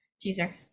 teaser